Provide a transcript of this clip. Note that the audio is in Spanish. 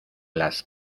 las